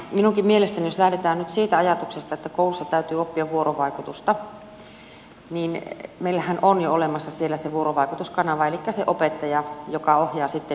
minunkin mielestäni jos lähdetään nyt siitä ajatuksesta että koulussa täytyy oppia vuorovaikutusta meillähän on jo olemassa siellä vuorovaikutuskanava elikkä se opettaja joka ohjaa sitä tilannetta